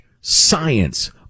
science